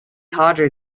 hotter